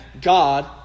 God